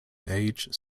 age